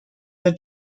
the